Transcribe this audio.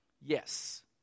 yes